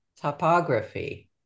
topography